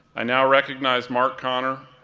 i now recognize marc conner,